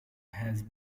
has